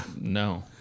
No